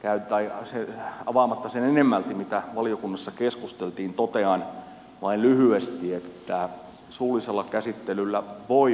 käyttöajaksi avaamatta enemmälti sitä mitä valiokunnassa keskusteltiin totean vain lyhyesti että suullisella käsittelyllä voi olla perustelunsa